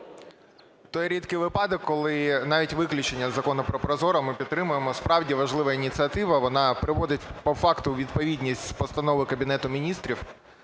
Той рідкий випадок, коли навіть виключення із Закону про ProZorro ми підтримуємо. Справді, важлива ініціатива, вона приводить по факту у відповідність постанови Кабінету Міністрів.